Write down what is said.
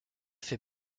fait